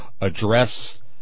Address